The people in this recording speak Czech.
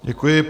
Děkuji.